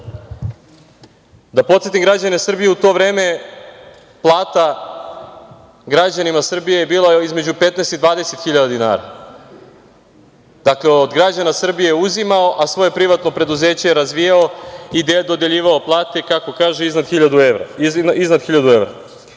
podsetim građane Srbije, u to vreme plata građanima Srbije je bila između 15 i 20 hiljada dinara. Dakle, od građana Srbije je uzimao a svoje privatno preduzeće razvijao i delio plate, kako kaže iznad 1000 evra. Ja